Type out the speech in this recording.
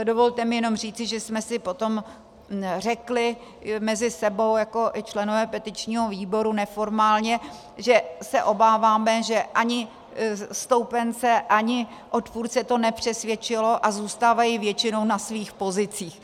Dovolte mi jenom říci, že jsme si potom řekli mezi sebou i členové petičního výboru, neformálně, že se obáváme, že ani stoupence, ani odpůrce to nepřesvědčilo a zůstávají většinou na svých pozicích.